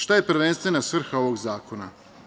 Šta je prvenstvena svrha ovog zakona?